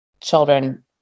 children